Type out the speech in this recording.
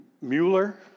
Mueller